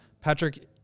patrick